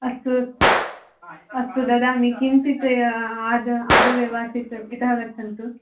अस्तु अस्तु अस्तु ददामि किञ्चित् आदौ आदौ एव आसीत् इतः गच्छन्तु